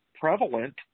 prevalent